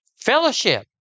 Fellowship